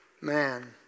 man